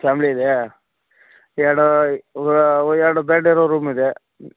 family ಇದೆಯಾ ಎರಡು ಅವು ಎರಡು ಬೆಡ್ ಇರೋ ರೂಮಿದೆ